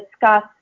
discuss